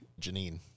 Janine